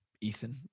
Ethan